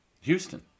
Houston